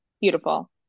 beautiful